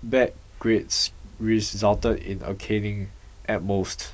bad grades resulted in a caning at most